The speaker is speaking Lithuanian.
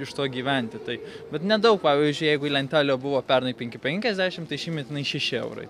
iš to gyventi tai vat nedaug pavyzdžiui jeigu lentelė buvo pernai penki penkiasdešimt tai šįmet jinai šeši eurai